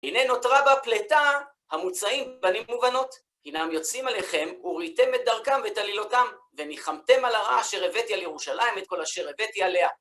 „וְהִנֵּה נוֹתְרָה בָּהּ פְּלֵטָה הַמּוּצָאִים בָּנִים וּבָנוֹת הִנָּם יוֹצְאִים אֲלֵיכֶם וּרְאִיתֶם אֶת דַּרְכָּם וְאֶת עֲלִילוֹתָם וְנִחַמְתֶּם עַל הָרָעָה אֲשֶׁר הֵבֵאתִי עַל יְרוּשָׁלַ͏ִם אֵת כָּל אֲשֶׁר הֵבֵאתִי עָלֶיהָ.”